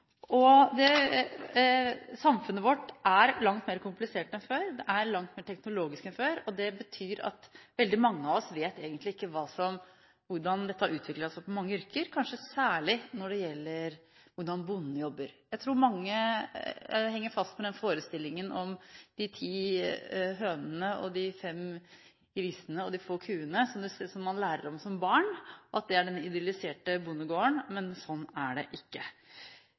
Samfunnet vårt er langt mer komplisert enn før, det er langt mer teknologisk enn før. Det betyr at veldig mange av oss egentlig ikke vet hvordan dette har utviklet seg for mange yrker, kanskje særlig når det gjelder hvordan bonden jobber. Jeg tror mange henger fast ved forestillingen om de ti hønene, de fem grisene og de få kuene som man lærer om som barn, at det er den idylliserte bondegården, men sånn er det ikke.